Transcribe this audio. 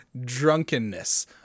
drunkenness